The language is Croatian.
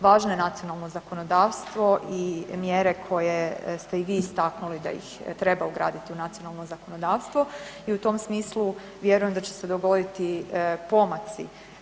Važno je nacionalno zakonodavstvo i mjere koje ste i vi istaknuli da ih treba ugraditi u nacionalno zakonodavstvo i u tom smislu vjerujem da će se dogoditi pomaci.